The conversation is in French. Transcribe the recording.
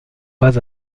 pas